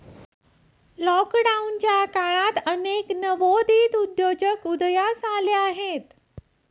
लॉकडाऊनच्या काळात अनेक नवोदित उद्योजक उदयास आले आहेत